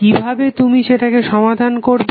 কিভাবে তুমি সেটাকে সমাধান করবে